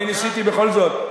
אני ניסיתי בכל זאת,